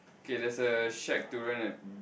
okay there's a shake durian and